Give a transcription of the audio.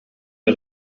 der